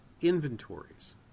inventories